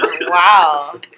Wow